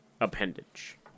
appendage